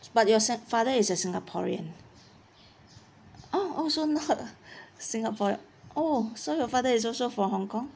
but your father is a singaporean uh oh oh so not singapore oh so your father is also from hong kong